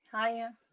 Hiya